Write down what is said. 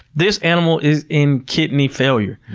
this animal is in kidney failure.